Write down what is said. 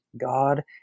God